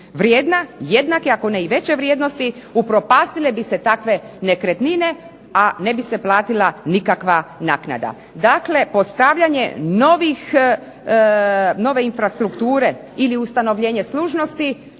vrijedna, jednake ako ne i veće vrijednosti. Upropastile bi se takve nekretnine a ne bi se platila nikakva naknada. Dakle, postavljanje nove infrastrukture ili ustanovljenje služnosti